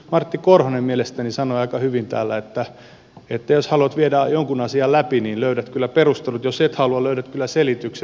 martti korhonen mielestäni sanoi aika hyvin täällä että jos haluat viedä jonkun asian läpi niin löydät kyllä perustelut jos et halua löydät kyllä selitykset